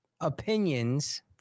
opinions